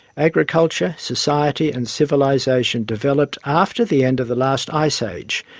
agriculture, society and civilisation developed after the end of the last ice age,